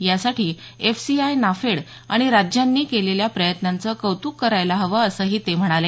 यासाठी एफसीआय नाफेड आणि राज्यांनी केलेल्या प्रयत्नांचं कौत्क करायला हवं असंही ते म्हणाले